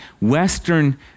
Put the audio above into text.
Western